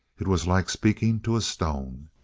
it was like speaking to a stone.